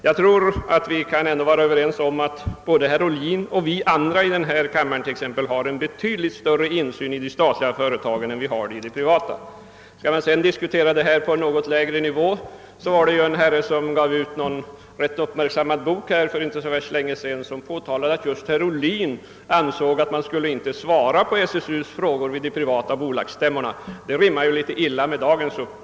Jag tycker vi kan vara överens om att både herr Ohlin och vi andra här i kammaren har betydligt större insyn i de statliga företagen än i de privata. Skall vi sedan diskutera denna fråga på en något lägre nivå, vill jag erinra om att en herre för inte så länge sedan gav ut en rätt uppmärksammad bok där han påtalade att just herr Ohlin ansåg att man inte borde svara på SSU:s frågor vid de privata bolagsstämmorna. Det rimmar dåligt med dagens inställning.